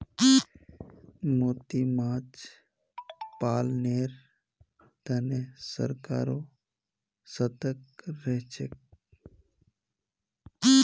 मोती माछ पालनेर तने सरकारो सतर्क रहछेक